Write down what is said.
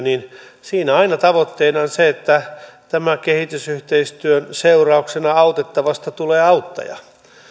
niin siinä aina tavoitteena on se että tämän kehitysyhteistyön seurauksena autettavasta tulee auttaja